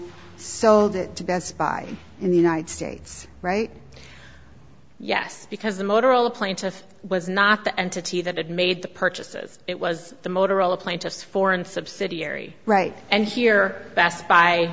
sold it to best buy in the united states right yes because the motorola plaintiff was not the entity that had made the purchases it was the motorola plaintiffs foreign subsidiary right and here best buy